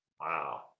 wow